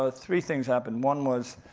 ah three things happened. one was,